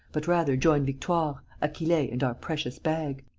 but rather join victoire, achille and our precious bag.